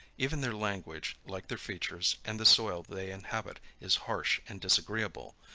even their language, like their features, and the soil they inhabit, is harsh and disagreeable.